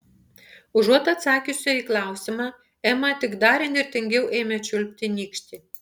užuot atsakiusi į klausimą ema tik dar įnirtingiau ėmė čiulpti nykštį